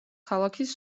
ქალაქის